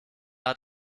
hat